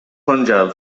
punjab